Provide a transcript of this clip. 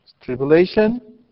Tribulation